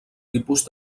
tipus